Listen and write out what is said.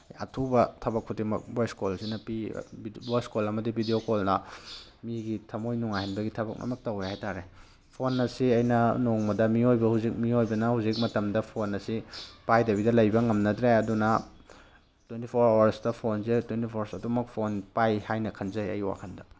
ꯑꯊꯨꯕ ꯊꯕꯛ ꯈꯨꯗꯤꯡꯃꯛ ꯚꯣꯏꯁ ꯀꯣꯜꯁꯤꯅ ꯄꯤ ꯚꯣꯏꯁ ꯀꯣꯜ ꯑꯃꯗꯤ ꯚꯤꯗꯤꯑꯣ ꯀꯣꯜꯅ ꯃꯤꯒꯤ ꯊꯝꯃꯣꯏ ꯅꯨꯡꯉꯥꯏꯍꯟꯕꯒꯤ ꯊꯕꯛ ꯂꯣꯏꯅꯃꯛ ꯇꯧꯋꯦ ꯍꯥꯏ ꯇꯥꯔꯦ ꯐꯣꯟ ꯑꯁꯤ ꯑꯩꯅ ꯅꯣꯡꯃꯗ ꯃꯤꯑꯣꯏꯕ ꯍꯧꯖꯤꯛ ꯃꯤꯑꯣꯏꯕꯅ ꯍꯧꯖꯤꯛ ꯃꯇꯝꯗ ꯐꯣꯟ ꯑꯁꯤ ꯄꯥꯏꯗꯕꯤꯗ ꯂꯩꯕ ꯉꯝꯅꯗ꯭ꯔꯦ ꯑꯗꯨꯅ ꯇ꯭ꯋꯦꯟꯇꯤ ꯐꯣꯔ ꯑꯋꯥꯔꯁꯇ ꯐꯣꯟꯁꯦ ꯇ꯭ꯋꯦꯟꯇꯤ ꯐꯣꯔ ꯑꯗꯨꯃꯛ ꯐꯣꯟ ꯄꯥꯏ ꯍꯥꯏꯅ ꯈꯟꯖꯩ ꯑꯩꯒꯤ ꯋꯥꯈꯜꯗ